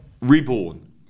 reborn